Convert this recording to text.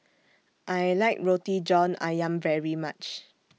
I like Roti John Ayam very much